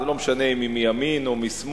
זה לא משנה אם היא מימין או משמאל,